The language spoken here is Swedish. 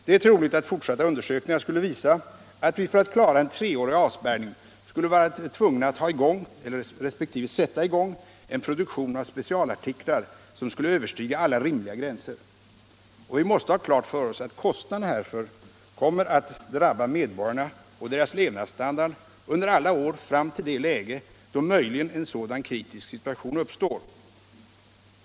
Det är troligt att fortsatta undersökningar skulle visa att vi för att klara en treårig avspärrning skulle vara tvungna att ha i gång, eller sätta i gång, en produktion av specialartiklar som skulle överstiga alla rimliga gränser. Och vi måste ha klart för oss att kostnaderna härför kommer att drabba medborgarna och deras levnadsstandard under alla år fram till det läge då möjligen en sådan kritisk situation uppstår.